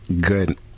good